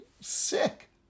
sick